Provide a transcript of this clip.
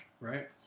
right